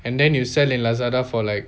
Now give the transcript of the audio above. and then you sell in lazada for like